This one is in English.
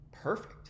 perfect